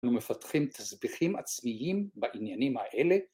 ‫אנחנו מפתחים תסביכים עצמיים ‫בעניינים האלה.